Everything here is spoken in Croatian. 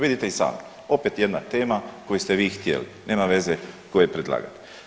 Vidite i sami, opet jedna tema koju ste vi htjeli, nema veze tko je predlagatelj.